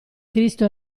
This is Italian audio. cristo